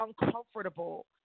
uncomfortable